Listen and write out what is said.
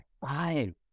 five